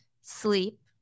sleep